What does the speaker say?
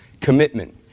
Commitment